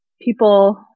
people